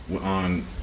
on